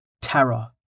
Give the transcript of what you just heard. terror